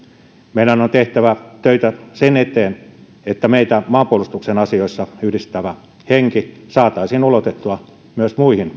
meidän on tehtävä töitä sen eteen että meitä maanpuolustuksen asioissa yhdistävä henki saataisiin ulotettua myös muihin